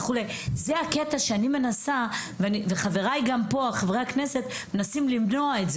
זה מה שאני וחבריי, חברי הכנסת, מנסים למנוע: